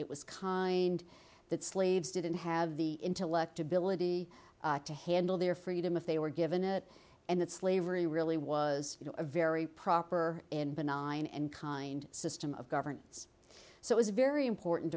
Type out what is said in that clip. it was kind that slaves didn't have the intellect ability to handle their freedom if they were given it and that slavery really was a very proper and benign and kind system of governance so it's very important